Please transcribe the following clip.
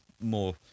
more